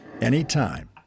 anytime